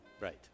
right